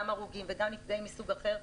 גם הרוגים וגם נפגעים מסוג אחר,